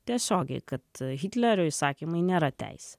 tiesiogiai kad hitlerio įsakymai nėra teisė